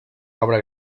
obra